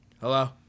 hello